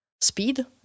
speed